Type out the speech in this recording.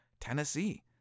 Tennessee